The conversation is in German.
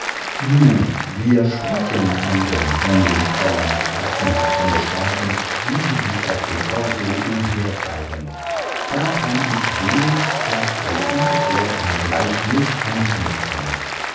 nun wir sprechen eben von den tollen fratzenhaften gestalten wie sie sich auf dem korso umhertreiben da kann ich wenigstens so ungefähr ein gleichnis anknüpfen